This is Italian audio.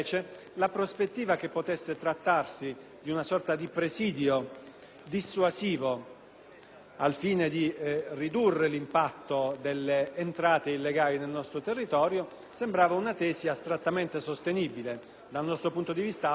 al fine di ridurre l'impatto delle entrate illegali nel nostro territorio sembrava una tesi astrattamente sostenibile (dal nostro punto di vista assolutamente priva di qualsiasi prospettiva pratica per una serie di ragioni su cui non tornerò